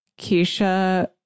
Keisha